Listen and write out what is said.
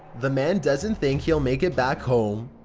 the man doesn't think he'll make it back home,